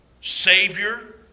Savior